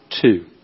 two